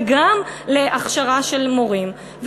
וגם למוסדות להכשרת מורים,